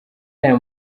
aya